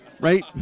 right